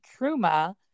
truma